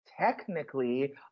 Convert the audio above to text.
technically